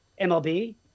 MLB